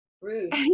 rude